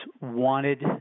wanted